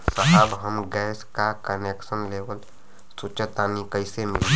साहब हम गैस का कनेक्सन लेवल सोंचतानी कइसे मिली?